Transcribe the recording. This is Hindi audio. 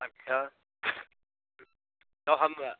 अच्छा तो हम